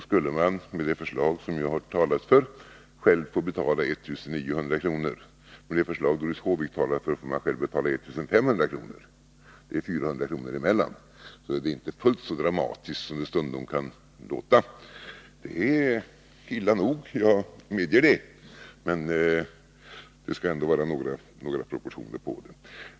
skulle man med det förslag som jag har talat för själv få betala 1 900 kr. Med det förslag Doris Håvik talar för får man själv betala 1 500 kr. Det är en skillnad på 400 kr., så det är inte fullt så dramatiskt som det stundom kan låta. Det är illa nog, jag medger det, men det skall ändå vara några proportioner på detta.